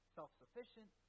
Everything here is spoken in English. self-sufficient